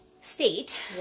state